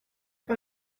pas